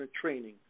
training